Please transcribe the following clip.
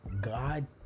God